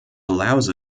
allows